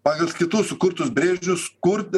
pagal kitų sukurtus bridžius kurti